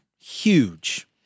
huge